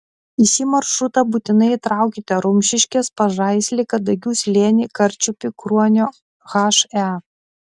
į šį maršrutą būtinai įtraukite rumšiškes pažaislį kadagių slėnį karčiupį kruonio he